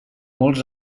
molts